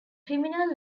criminal